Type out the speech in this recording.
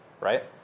right